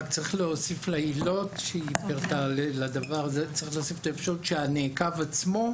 צריך להוסיף לדבר הזה את האפשרות שהנעקב עצמו,